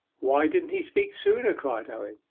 why didn't he speak sooner cried owen.